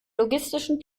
logistischen